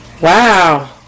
Wow